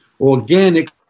organic